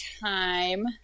time